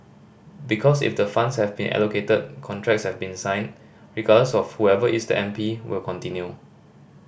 because if the funds have been allocated contracts have been signed regardless of whoever is the M P will continue